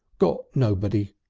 got nobody.